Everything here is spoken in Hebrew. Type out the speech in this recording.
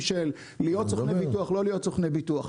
של להיות סוכני ביטוח או לא להיות סוכני ביטוח.